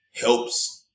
helps